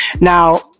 now